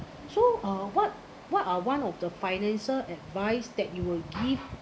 so uh what what are one of the financial advice that you will give